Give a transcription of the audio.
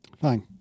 Fine